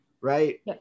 right